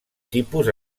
tipus